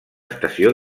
estació